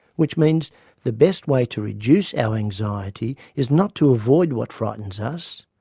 which means the best way to reduce our anxiety is not to avoid what frightens us,